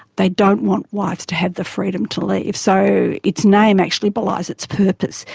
they don't want wives to have the freedom to leave, so its name actually belies its purpose.